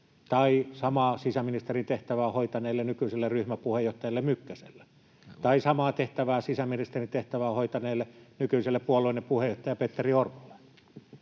tai samaa sisäministerin tehtävää hoitaneelle nykyiselle ryhmäpuheenjohtaja Mykkäselle tai samaa sisäministerin tehtävää hoitaneelle, nykyiselle puolueenne puheenjohtaja Petteri Orpolle?